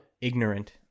ignorant